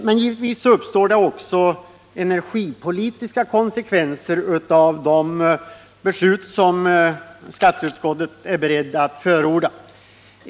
Men givetvis uppstår det också energipolitiska konsekvenser av de beslut som vi i skatteutskottet är beredda att förorda.